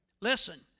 listen